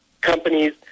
companies